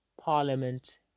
parliament